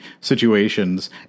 situations